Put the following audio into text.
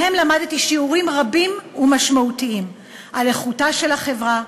מהם למדתי שיעורים רבים ומשמעותיים על איכותה של החברה,